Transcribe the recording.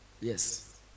Yes